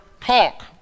talk